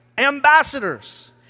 ambassadors